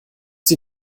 sie